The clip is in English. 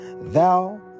Thou